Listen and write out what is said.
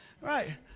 right